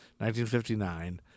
1959